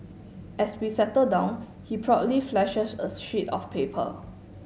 as we settle down he proudly flashes a sheet of paper